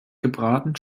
gebraten